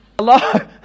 Hello